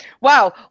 Wow